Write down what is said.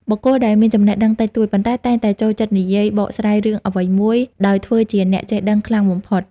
បុគ្គលដែលមានចំណេះដឹងតិចតួច ប៉ុន្តែតែងតែចូលចិត្តនិយាយបកស្រាយរឿងអ្វីមួយដោយធ្វើជាអ្នកចេះដឹងខ្លាំងបំផុត។